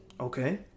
Okay